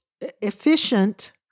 efficient